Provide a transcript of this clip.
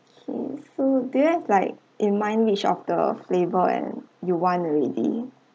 okay so do you like in mind which of the flavor and you want already